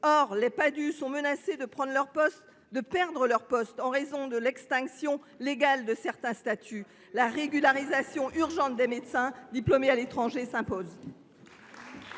(Padhue) sont menacés de perdre leur poste en raison de l’extinction légale de certains statuts. La régularisation des médecins diplômés à l’étranger s’impose